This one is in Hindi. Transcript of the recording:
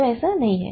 तो ऐसा नहीं है